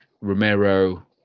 Romero